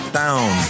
down